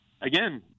again